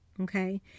Okay